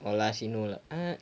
no lah she know lah uh